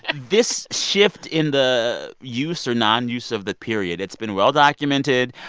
and this shift in the use or nonuse of the period it's been well-documented.